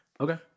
Okay